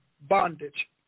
bondage